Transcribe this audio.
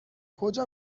کجا